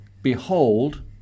Behold